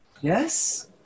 yes